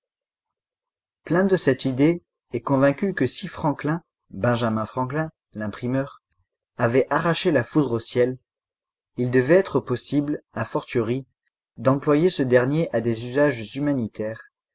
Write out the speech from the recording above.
plein de cette idée et convaincu que si franklin benjamin franklin l'imprimeur avait arraché la foudre au ciel il devait être possible a fortiori d'employer ce dernier à des usages humanitaires